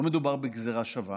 לא מדובר בגזרה שווה